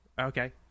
Okay